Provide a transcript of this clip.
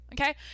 okay